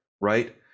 Right